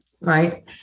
right